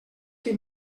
que